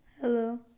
Hello